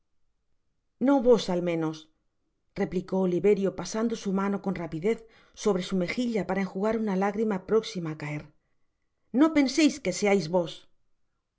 no vos al menos replicó oliverio pasando su mano con rapidez sobre su mejilla para enjugar una lágrima próesima á caer no penseis que seais vos